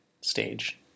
stage